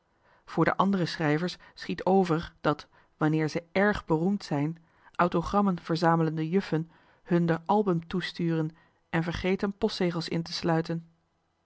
voor de andere schrijvers schiet over dat wanneer ze héél beroemd zijn autogrammen verzamelende juffrouwen hun d'er album toesturen en vergeten postzegels in te sluiten